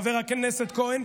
חבר הכנסת כהן,